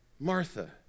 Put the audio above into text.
Martha